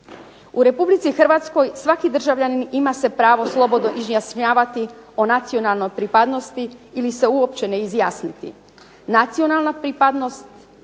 U Republici Hrvatskoj svaki državljanin ima se pravo slobodno izjašnjavati o nacionalnoj pripadnosti ili se uopće ne izjasniti. Nacionalna pripadnost